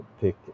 pick